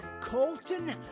Colton